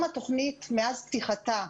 מאז פתיחת התוכנית,